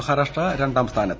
മഹാരാഷ്ട്ര രണ്ടാം സ്ഥാനത്ത്